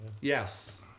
yes